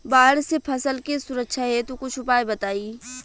बाढ़ से फसल के सुरक्षा हेतु कुछ उपाय बताई?